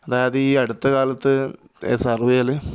അതായത് ഈ അടുത്ത കാലത്ത് സര്വ്വേയിൽ